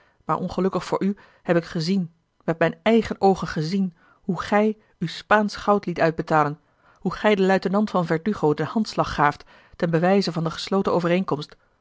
maar ongelukkig voor u heb ik gezien met mijne eigene oogen gezien hoe gij u spaansch goud liet uitbetalen hoe gij den luitenant van verdugo den handslag gaaft ten bewijze van de gesloten overeenkomst